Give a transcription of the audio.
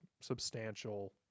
substantial